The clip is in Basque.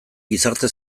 gizarte